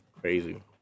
Crazy